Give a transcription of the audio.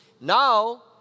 now